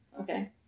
Okay